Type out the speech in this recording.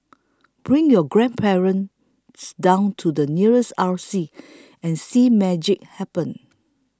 bring your grandparents down to the nearest R C and see magic happen